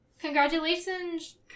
Congratulations